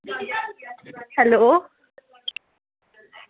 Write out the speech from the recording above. hello